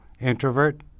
introvert